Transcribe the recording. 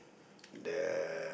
the